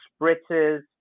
spritzes